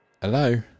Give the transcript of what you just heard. Hello